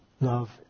love